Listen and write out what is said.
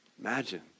Imagine